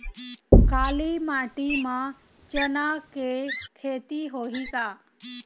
काली माटी म चना के खेती होही का?